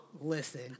listen